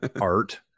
art